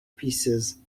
pieces